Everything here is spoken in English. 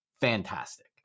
fantastic